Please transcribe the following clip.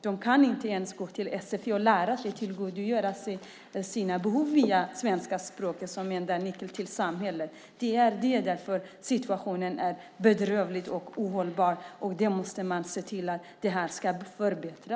De kan inte ens gå till sfi och lära sig det svenska språket som är den enda nyckeln till samhället. Det är därför situationen är bedrövlig och ohållbar. Man måste förbättra detta.